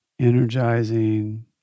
energizing